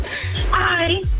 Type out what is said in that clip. Hi